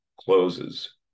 closes